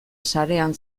sarean